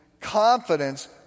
confidence